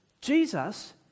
Jesus